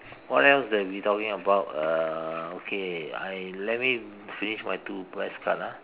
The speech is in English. what else that we talking about uh okay I let me finish my two request card ah